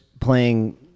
playing